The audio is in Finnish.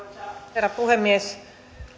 herra puhemies